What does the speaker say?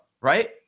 right